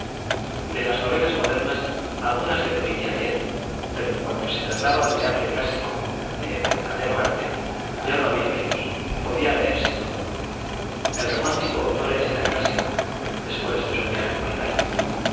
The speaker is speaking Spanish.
de las novelas modernas algunas le prohibía leer pero en cuanto se trataba de arte clásico de verdadero arte ya no había velos podía leerse todo el romántico ozores era clásico después de su viaje por italia